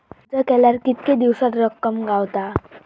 अर्ज केल्यार कीतके दिवसात रक्कम गावता?